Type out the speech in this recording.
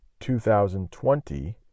2020